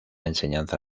enseñanza